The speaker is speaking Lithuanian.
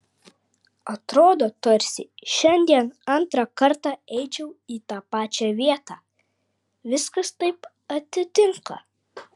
atrodo tarsi šiandien antrą kartą eičiau į tą pačią vietą viskas taip atitinka